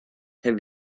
have